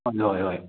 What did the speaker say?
ꯍꯣꯏ ꯍꯣꯏ